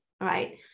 right